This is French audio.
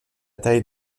taille